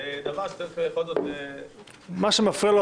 זה דבר שאתה צריך בכל זאת --- מה שמפריע לו,